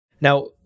Now